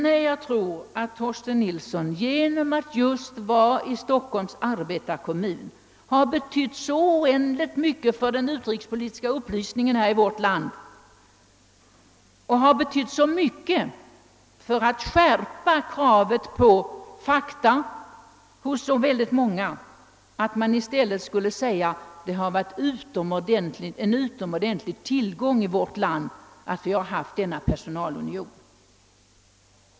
Nej, jag tror att Torsten Nilsson just genom att vara med i Stockholms Arbetarekommun har betytt så oändligt mycket för den utrikespolitiska upplysningen i vårt land och för att skärpa kravet på fakta hos oerhört många, att vi i stället skulle säga att det har varit en utomordentlig tillgång att ha denna personalunion.